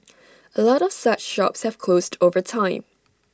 A lot of such shops have closed over time